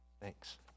Thanks